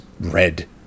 red